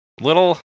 little